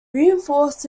reinforced